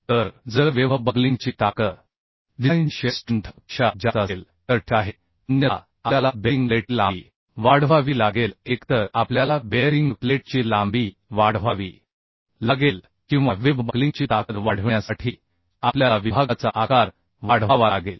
तर जर वेव्ह बकलिंगची ताकद डिझाइनच्या शियर स्ट्रेंथ पेक्षा जास्त असेल तर ठीक आहे अन्यथा आपल्याला बेअरिंग प्लेटची लांबी वाढवावी लागेल एकतर आपल्याला बेअरिंग प्लेटची लांबी वाढवावी लागेल किंवा वेव्ह बकलिंगची ताकद वाढविण्यासाठी आपल्याला विभागाचा आकार वाढवावा लागेल